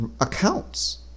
accounts